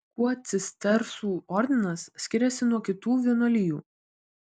kuo cistersų ordinas skiriasi nuo kitų vienuolijų